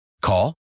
Call